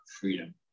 Freedom